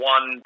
One